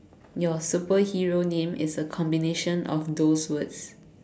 your superhero name is a combination of those words